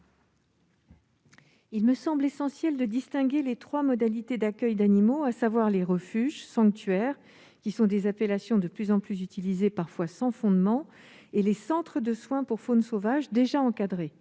Il me semble essentiel de distinguer les trois modalités d'accueil des animaux, à savoir les refuges et les sanctuaires, appellations de plus en plus utilisées, parfois sans fondement, et les centres de soins pour faune sauvage déjà bien encadrés